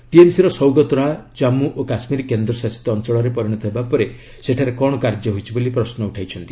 ଟିଏମ୍ସିର ସୌଗତ ରାୟ ଜାନ୍ଗୁ ଓ କାଶ୍ମୀର କେନ୍ଦ୍ରଶାସିତ ଅଞ୍ଚଳରେ ପରିଣତ ହେବା ପରେ ସେଠାରେ କ'ଣ କାର୍ଯ୍ୟ ହୋଇଛି ବୋଲି ପ୍ରଶ୍ନ ଉଠାଇଛନ୍ତି